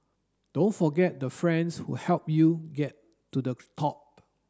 don't forget the friends who helped you get to the top